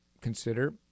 consider